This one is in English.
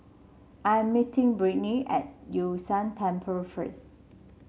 I am meeting Brittnie at Yun Shan Temple first